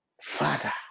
Father